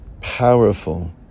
powerful